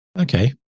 okay